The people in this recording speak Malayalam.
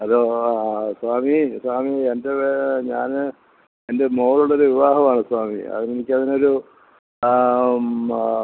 ഹലോ ആ സ്വാമി സ്വാമി എൻ്റെ പേ ഞാണ് എൻ്റെ മോളുടെ വിവാഹമാണ് സ്വാമി അതിന് എനിക്ക് അതിനൊരു